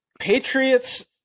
Patriots